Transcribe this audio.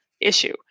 issue